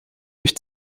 durch